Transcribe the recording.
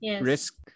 risk